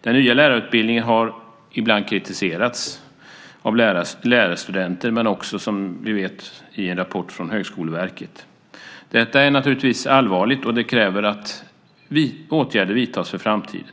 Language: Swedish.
Den nya lärarutbildningen har ibland kritiserats av lärarstudenter men också, som vi vet, i en rapport från Högskoleverket. Detta är naturligtvis allvarligt, och det kräver att åtgärder vidtas för framtiden.